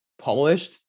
polished